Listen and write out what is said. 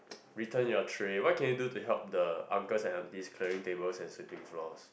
return your tray what can you do to help the uncles and aunties clearing tables and sweeping floors